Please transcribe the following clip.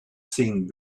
seemed